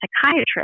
psychiatrist